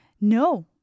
no